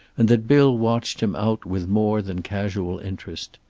and that bill watched him out with more than casual interest.